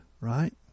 right